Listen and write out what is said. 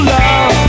love